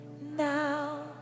now